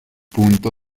punto